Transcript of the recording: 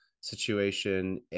situation